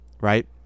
right